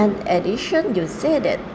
and in addition you say that